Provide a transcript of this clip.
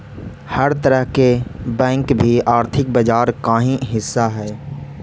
हर तरह के बैंक भी आर्थिक बाजार का ही हिस्सा हइ